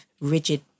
rigid